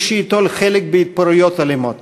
מי שייטול חלק בהתפרעויות אלימות,